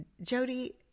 Jody